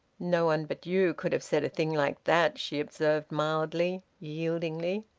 no one but you could have said a thing like that, she observed mildly, yieldingly.